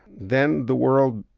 then the world,